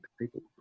people